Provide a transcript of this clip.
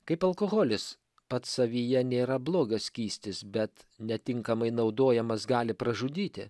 kaip alkoholis pats savyje nėra blogio skystis bet netinkamai naudojamas gali pražudyti